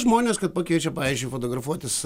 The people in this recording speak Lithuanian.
žmonės kad pakviečia pavyzdžiui fotografuotis